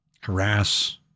harass